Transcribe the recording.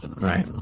Right